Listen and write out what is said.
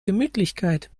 gemütlichkeit